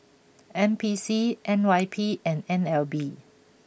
N P C N Y P and N L B